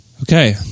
Okay